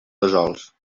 fesols